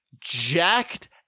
jacked